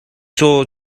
caw